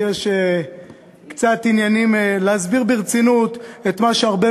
לי יש קצת עניינים להסביר ברצינות את מה שהרבה